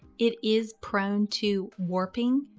it is prone to warping,